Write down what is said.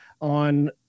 on